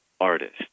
artist